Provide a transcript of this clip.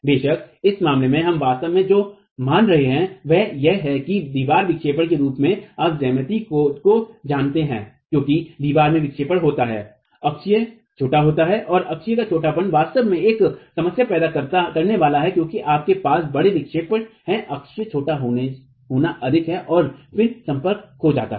बेशक इस मामले में हम वास्तव में जो मान रहे हैं वह यह है कि दीवार विक्षेपण के रूप में आप ज्यामिति को जानते हैं क्योंकि दीवार में विक्षेपण होता है अक्षीय छोटा होता है और अक्षीय का छोटापन वास्तव में एक समस्या पैदा करने वाला है क्योंकि आपके पास बड़े विक्षेप हैं अक्षीय छोटा होना अधिक है और फिर संपर्क खो जाता है